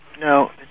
No